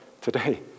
today